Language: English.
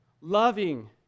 loving